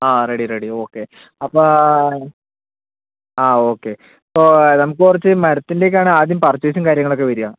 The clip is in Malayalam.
ആ റെഡി റെഡി ഓക്കെ അപ്പം ആ ഓക്കെ അപ്പോൾ നമുക്ക് കുറച്ചു മരത്തിൻ്റെ ഒക്കെയാണ് ആദ്യം പർച്ചേസും കാര്യങ്ങളുമൊക്കെ വരിക